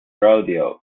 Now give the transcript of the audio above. rodeos